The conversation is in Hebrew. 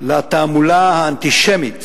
לתעמולה האנטישמית